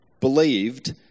believed